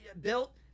Built